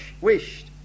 wished